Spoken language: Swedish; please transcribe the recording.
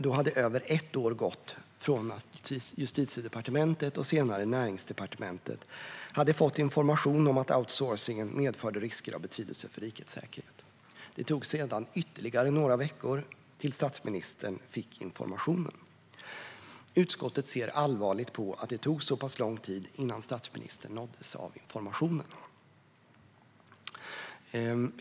Då hade över ett år gått sedan Justitiedepartementet och senare Näringsdepartementet hade fått information om att outsourcingen medförde risker av betydelse för rikets säkerhet. Det tog sedan ytterligare några veckor innan statsministern fick informationen. Utskottet ser allvarligt på att det tog så pass lång tid innan statsministern nåddes av informationen.